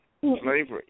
slavery